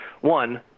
One